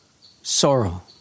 sorrow